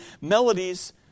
melodies